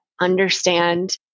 understand